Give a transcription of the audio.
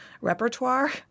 repertoire